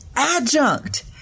adjunct